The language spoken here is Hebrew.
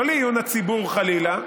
לא לעיון הציבור, חלילה,